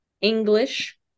English